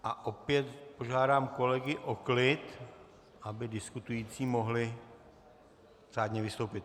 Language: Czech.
A opět požádám kolegy o klid, aby diskutující mohli řádně vystoupit.